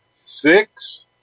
six